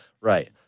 Right